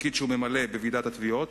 לתפקיד שהוא ממלא בוועידת התביעות,